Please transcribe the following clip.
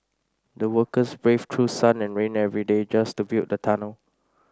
the workers braved through sun and rain every day just to build the tunnel